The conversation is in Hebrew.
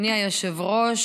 אדוני היושב-ראש,